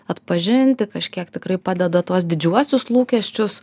atpažinti kažkiek tikrai padeda tuos didžiuosius lūkesčius